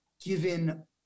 given